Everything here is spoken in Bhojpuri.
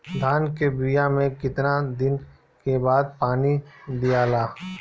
धान के बिया मे कितना दिन के बाद पानी दियाला?